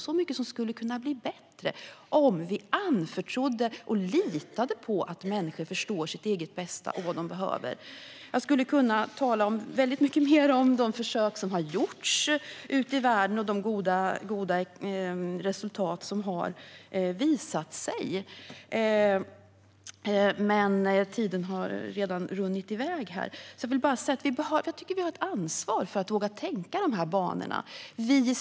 Så mycket skulle kunna bli bättre om vi kunde ha förtroende och lita på att människor förstår sitt eget bästa och vet vad de behöver. Jag skulle kunna tala väldigt mycket mer om de försök som har gjorts ute i världen och de goda resultat som har visat sig, men tiden har redan runnit i väg. Jag vill bara säga att även vi i Sverige har ett ansvar för att våga tänka i de här banorna.